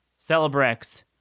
Celebrex